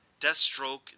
Deathstroke